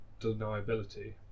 deniability